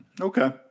Okay